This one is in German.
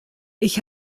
ich